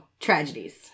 tragedies